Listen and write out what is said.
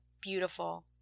beautiful